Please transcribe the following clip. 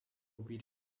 beat